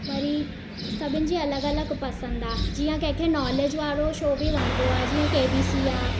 वरी सभिनि जी अलॻि अलॻि पसंदि आहे जीअं कंहिंखे नॉलेज वारो शो बि वणंदो आहे जीअं के बी सी आहे